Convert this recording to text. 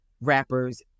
rappers